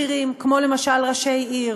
למשל ראשי עיר.